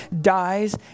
dies